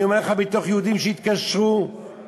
אני אומר לך על יהודים שהתקשרו בשנתיים